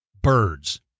birds